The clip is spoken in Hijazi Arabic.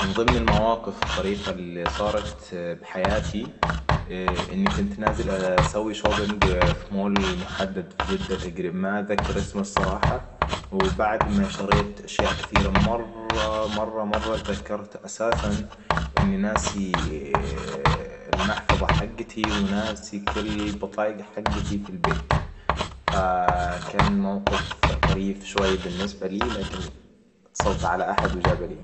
من ضمن المواقف الطريفة اللي صارت بحياتي. إني كنت نازل أسوي في شوبينج في مول محدد في جدة تقريبا ما أذكر اسمه الصراحة. وبعد ما شريت اشياء كثيرة مره مره مره تذكرت اساسا اني ناسي المحفظه حقتي وناسي كل بطايق حقتي في البيت. فكان موقف طريف شوي بالنسبة لي لكن اتصلت على أحد وجابها لي